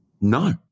no